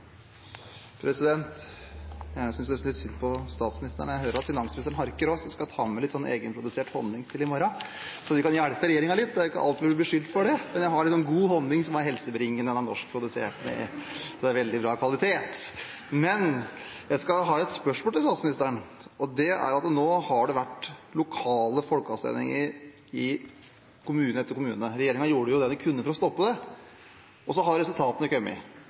Jeg synes nesten litt synd på statsministeren. Jeg hører at også finansministeren harker, så jeg skal ta med litt egenprodusert honning i morgen, slik at vi kan hjelpe regjeringen litt – det er ikke alltid vi blir beskyldt for det. Jeg har god honning, som er helsebringende. Den er norskprodusert , så det er veldig bra kvalitet. Jeg har et spørsmål til statsministeren. Nå har det vært lokale folkeavstemninger i kommune etter kommune – regjeringen gjorde det de kunne for å stoppe det. Så har resultatene kommet.